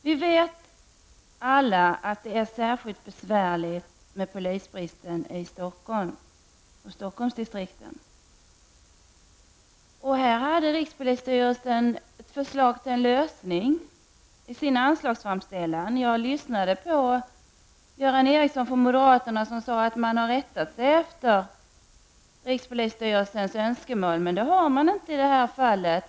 Vi vet alla att det är särskilt besvärligt med polisbristen i Stockholmsdistrikten. Här hade rikspolisstyrelsen i sin anslagsframställan ett förslag till lösning. Jag lyssnade på Göran Ericsson från moderaterna som sade att man har rättat sig efter rikspolisstyrelsens önskemål. Men det har man inte i det här fallet.